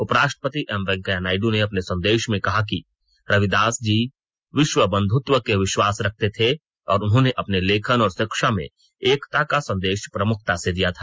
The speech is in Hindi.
उप राष्ट्रपति एम वैंकेया नायडू ने अपने संदेश में कहा है कि रविदास जी विश्व बंधुत्व में विश्वास रखते थे और उन्होंने अपने लेखन और शिक्षा में एकता का संदेश प्रमुखता से दिया था